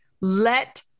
let